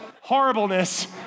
horribleness